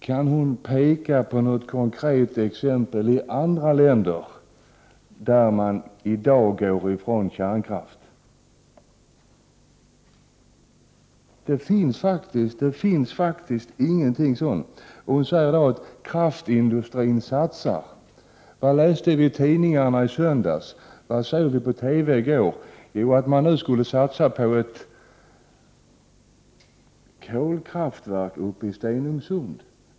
Kan Birgitta Dahl peka på något konkret exempel i andra länder, där man i dag går ifrån kärnkraft? Det finns faktiskt inte något sådant exempel. Birgitta Dahl sade att kraftindustrin satsar. Vad läste vi i tidningarna i söndags, vad såg vi på TV i går, jo att man nu skulle satsa på ett kolkraftverk uppe i Stenungsund.